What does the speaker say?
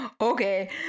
okay